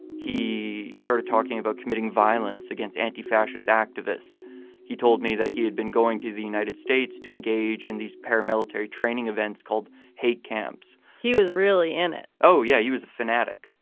he started talking about committing violence against anti-fascist activists he told me that he had been going to the united states to engage in these paramilitary training events called hate camps he was really in it oh, yeah. he was a fanatic.